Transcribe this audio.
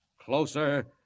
Closer